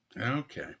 okay